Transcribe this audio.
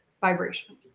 vibration